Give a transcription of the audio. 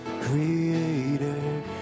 Creator